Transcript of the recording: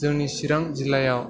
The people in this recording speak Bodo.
जोंनि चिरां जिल्लायाव